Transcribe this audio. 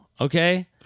Okay